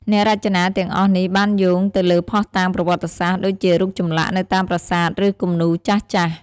អ្នករចនាទាំងអស់នេះបានយោងទៅលើភស្តុតាងប្រវត្តិសាស្ត្រ ដូចជារូបចម្លាក់នៅតាមប្រាសាទ ឬគំនូរចាស់ៗ។